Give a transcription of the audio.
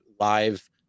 live